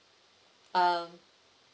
um